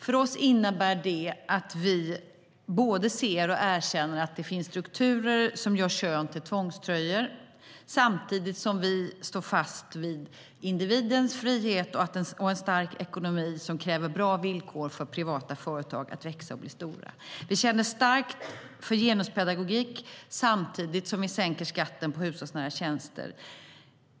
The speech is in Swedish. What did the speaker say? För oss innebär det att vi både ser och erkänner att det finns strukturer som gör kön till tvångströjor samtidigt som vi står fast vid individens frihet och att en stark ekonomi kräver bra villkor för privata företag att växa och bli stora. Vi känner starkt för genuspedagogik samtidigt som vi sänker skatten på hushållsnära tjänster.